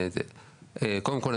קודם כל,